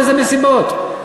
איזה מסיבות?